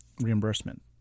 reimbursement